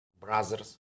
brothers